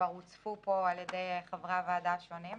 כבר הוצפו פה על ידי חברי הוועדה השונים.